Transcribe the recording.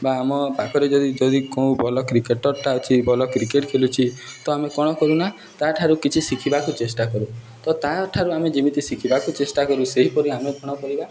ବା ଆମ ପାଖରେ ଯଦି ଯଦି କେଉଁ ଭଲ କ୍ରିକେଟର୍ଟା ଅଛି ଭଲ କ୍ରିକେଟ୍ ଖେଲୁଛି ତ ଆମେ କ'ଣ କରୁନା ତାଠାରୁ କିଛି ଶିଖିବାକୁ ଚେଷ୍ଟା କରୁ ତ ତା ଠାରୁ ଆମେ ଯେମିତି ଶିଖିବାକୁ ଚେଷ୍ଟା କରୁ ସେହିପରି ଆମେ କ'ଣ କରିବା